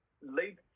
late